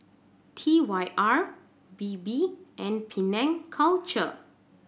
T Y R Bebe and Penang Culture